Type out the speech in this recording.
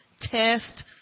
test